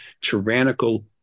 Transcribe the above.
tyrannical